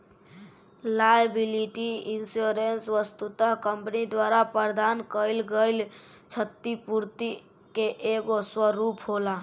liability insurance वस्तुतः company द्वारा प्रदान कईल गईल छतिपूर्ति के एगो स्वरूप होला